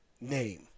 name